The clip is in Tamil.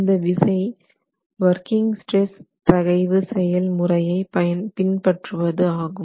இந்த விசை working stress தகைவு செயல் முறையை பின்பற்றுவது ஆகும்